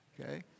okay